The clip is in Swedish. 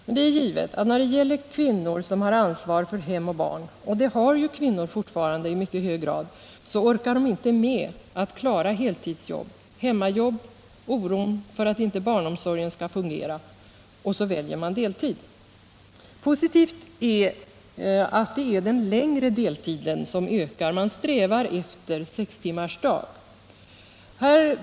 Men det är givet att kvinnor som har ansvar för hem och barn, och det har ju kvinnor 33 fortfarande i mycket hög grad, inte orkar med heltidsjobb, hemmajobb och oron för att inte barnomsorgen skall fungera. Och så väljer man deltid. Positivt är att det är den längre deltiden som ökar. Man strävar efter sextimmarsdag.